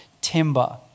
Timber